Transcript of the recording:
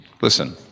Listen